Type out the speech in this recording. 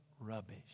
rubbish